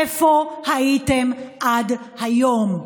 איפה הייתם עד היום?